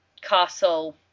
Castle